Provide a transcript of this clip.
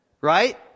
right